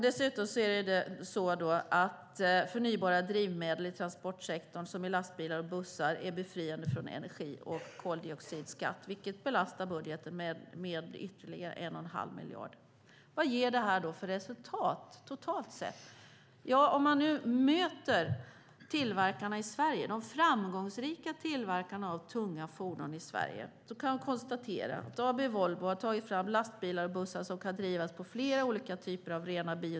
Dessutom är förnybara drivmedel i transportsektorn för bussar och lastbilar befriade från energi och koldioxidskatt, vilket belastar budgeten med ytterligare 1 1⁄2 miljard. Vad ger det här för resultat totalt sett?